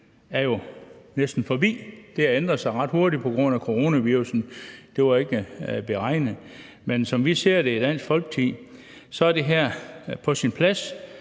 er jo næsten forbi; det har ændret sig ret hurtigt på grund af coronavirussen – det var ikke med i beregningen. Men som vi ser det i Dansk Folkeparti, er det her på sin plads,